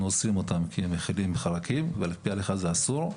אוספים אותם כי הם מכילים חרקים ועל פי ההלכה זה אסור.